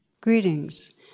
Greetings